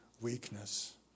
weakness